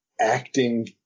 acting